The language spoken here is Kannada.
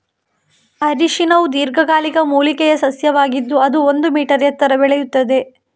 ಅರಿಶಿನವು ದೀರ್ಘಕಾಲಿಕ ಮೂಲಿಕೆಯ ಸಸ್ಯವಾಗಿದ್ದು ಅದು ಒಂದು ಮೀ ಎತ್ತರ ಬೆಳೆಯುತ್ತದೆ